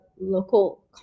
local